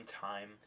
time